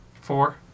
Four